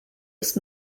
ist